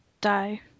die